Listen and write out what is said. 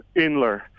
Inler